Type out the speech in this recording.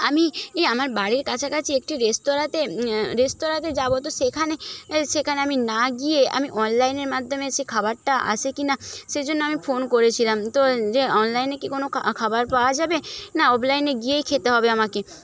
আমি এই আমার বাড়ির কাছাকাছি একটি রেস্তোরাঁতে রেস্তোরাঁতে যাবো তো সেখানে সেখানে আমি না গিয়ে আমি অনলাইনের মাধ্যমে সেই খাবারটা আসে কি না সেজন্য আমি ফোন করেছিলাম তো যে অনলাইনে কি কোনো খাবার পাওয়া যাবে না অফলাইনে গিয়েই খেতে হবে আমাকে